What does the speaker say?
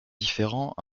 différents